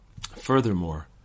Furthermore